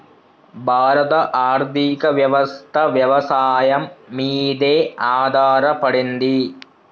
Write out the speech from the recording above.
భారత ఆర్థికవ్యవస్ఠ వ్యవసాయం మీదే ఆధారపడింది